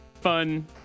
fun